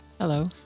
hello